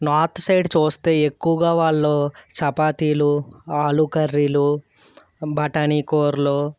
north side చూస్తే ఎక్కువగా వాళ్ళు చపాతీలు ఆలు కర్రీలు బఠానీ కూరలు